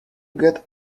get